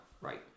Right